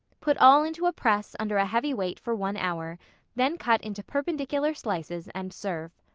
put all into a press under a heavy weight for one hour then cut into perpendicular slices and serve.